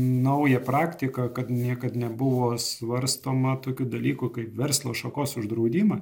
nauja praktika kad niekad nebuvo svarstoma tokių dalykų kaip verslo šakos uždraudimą